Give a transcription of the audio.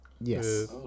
Yes